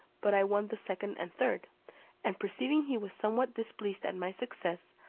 but i won the second and third and perceiving he was somewhat displeased at my success,